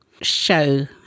show